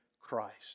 Christ